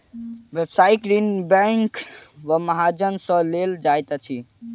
व्यवसायिक ऋण बैंक वा महाजन सॅ लेल जाइत अछि